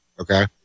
Okay